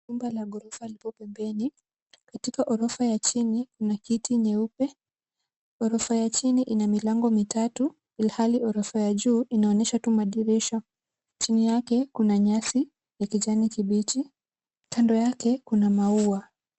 Nyumba ya ghorofa iko pembeni. Katika ghorofa ya chini kuna kiti nyeupe, ghorofa ya chini ina milango mitatu ilhali ghorofa la juu linaonyesha tu madirisha. Chini yake kuna nyasi za kijani kibichi. Kando yake kuna maua.